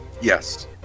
Yes